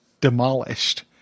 demolished